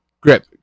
Grip